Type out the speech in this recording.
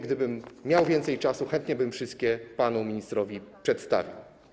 Gdybym miał więcej czasu, chętnie bym wszystkie panu ministrowi przedstawił.